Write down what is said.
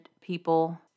people